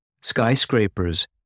skyscrapers